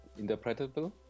interpretable